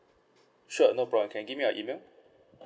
sure no problem can you give me your email